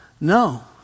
No